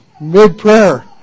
mid-prayer